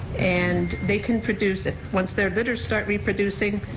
and they can produce, ah once their litters start reproducing,